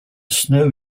snow